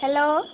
hello